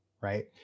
right